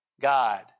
God